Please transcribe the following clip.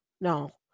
no